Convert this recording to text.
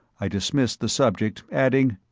i dismissed the subject, adding,